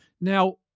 Now